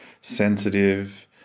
sensitive